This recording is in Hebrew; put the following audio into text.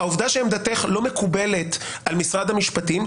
העובדה שעמדתך לא מקובלת על משרד המשפטים,